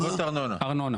ארנונה.